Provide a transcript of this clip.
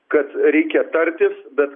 kad reikia tartis bet